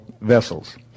vessels